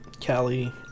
Callie